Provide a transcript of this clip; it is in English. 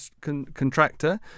contractor